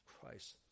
Christ